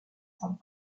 sans